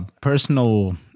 personal